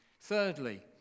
Thirdly